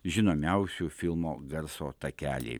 žinomiausių filmų garso takeliai